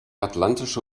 atlantische